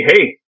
hey